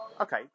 Okay